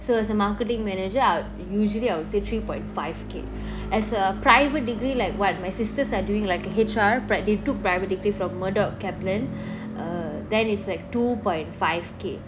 so as a marketing manager I'll usually I would say three point five K as a private degree like what my sisters are doing like a H_R pri~ they took private degree from murdoch kaplan err then is like two point five K